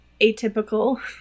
atypical